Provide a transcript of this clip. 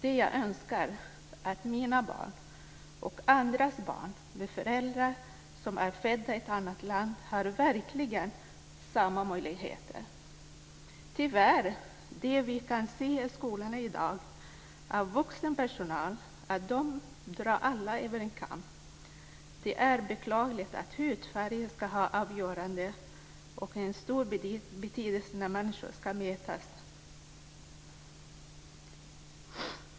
Det jag önskar är att mina barn och andra barn med föräldrar som är födda i ett annat land verkligen får samma möjligheter. Tyvärr kan vi se i skolorna i dag att vuxen personal drar alla över en kam. Det är beklagligt att hudfärgen ska ha en så avgörande och stor betydelse när människor ska mötas.